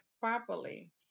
properly